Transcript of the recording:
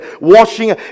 washing